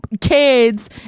kids